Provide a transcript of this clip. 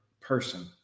person